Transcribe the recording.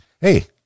Hey